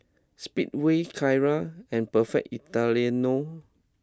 Speedway Kara and Perfect Italiano